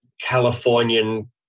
Californian